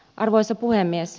arvoisa puhemies